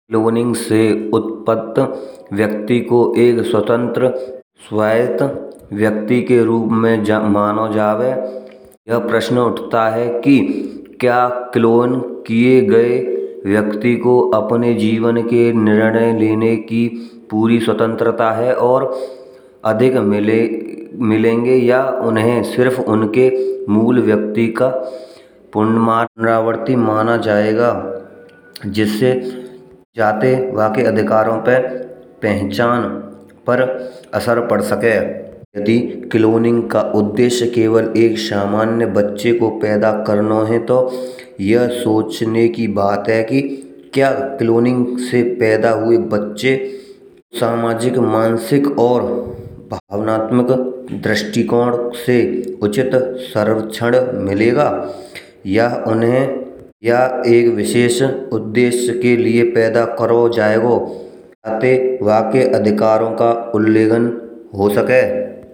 क्लोनिंग से उत्पत्त व्यक्ति को एक स्वयंत्त व्यक्ति के रूप मा माना जावे । यह प्रश्न उठता है कि क्या क्लोन किए गए व्यक्ति को अपने जीवन के निर्णय लेने की पूरी स्वतंत्रता है, और अधिक मिलेंगे या उन्हें सिर्फ उनके मूल व्यक्ति का पुनरावृत्ति माना जाएगा। जिससे वाके अधिकारों पे पहचान पर असर पड़ सके। यदि क्लोनिंग का उद्देश्य केवल एक सामान्य बच्चे को पैदा करना है तो यह सोचने की बात ह कि क्या क्लोनिंग से पैदा हुए बच्चे सामाजिक, मानसिक और भावनात्मक दृष्टिकोण से उचित सर्वेक्षण मिलेगा । या उन्हें या एक विशेष उद्देश्य के लिए पैदा करो जाओगे वाके अधिकारों का उल्लंघन हो सके।